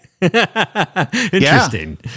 interesting